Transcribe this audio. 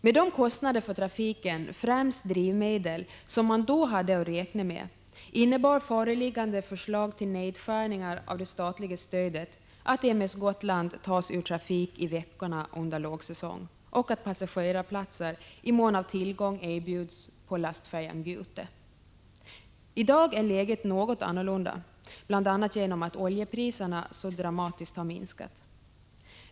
Med de kostnader för trafiken, främst kostnaderna för drivmedel, som man då hade att räkna med innebar det föreliggande förslaget till nedskärning av det statliga stödet att m/s Gotland skulle tas ur trafik under lågsäsong och att passagerarplatser i mån av tillgång skulle erbjudas på lastfärjan Gute. I dag är läget något annorlunda, bl.a. på grund av att oljepriserna så dramatiskt har minskat.